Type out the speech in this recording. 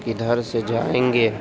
کدھر سے جائیں گے